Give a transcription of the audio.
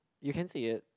you can see it